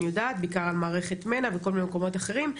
בעיקר על מערכת מנע וכל מיני מקומות אחרים,